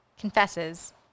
confesses